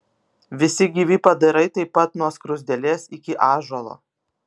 visi gyvi padarai taip pat nuo skruzdėlės iki ąžuolo